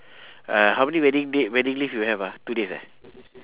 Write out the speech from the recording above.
uh how many wedding date wedding leave you have ah two days ah